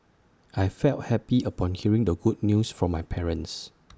I felt happy upon hearing the good news from my parents